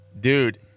Dude